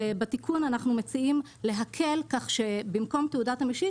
ובתיקון אנחנו מציעים להקל כך שבמקום תעודת המשיט